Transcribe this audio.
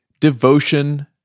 devotion